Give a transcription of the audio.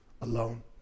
alone